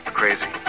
crazy